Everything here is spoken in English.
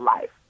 life